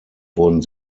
wurden